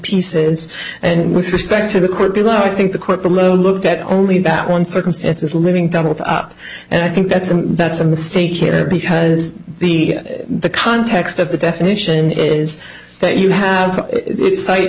pieces and with respect to the court below i think the court below looked at only about one circumstance is living doubled up and i think that's a that's a mistake here because the context of the definition is that you have cit